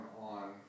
on